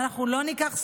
ואנחנו לא ניקח סיכון,